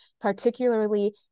particularly